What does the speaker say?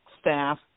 staff